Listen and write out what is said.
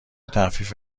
تخفیف